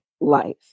life